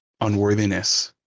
unworthiness